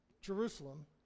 Jerusalem